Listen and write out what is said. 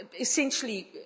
essentially